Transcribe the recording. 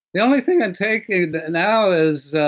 the only thing i'm taking now is,